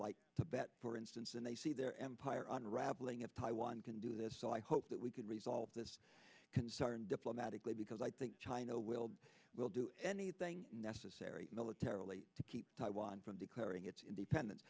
like tibet for instance and they see their empire unraveling at taiwan can do this so i hope that we could resolve this concern diplomatically because i think china will will do anything necessary militarily to keep taiwan from declaring its independence